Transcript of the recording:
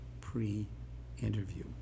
pre-interview